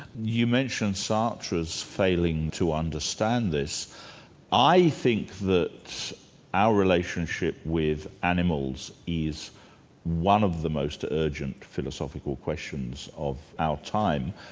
you mention sartre's failing to understand this i think that our relationship with animals is one of the most urgent philosophical questions of our time,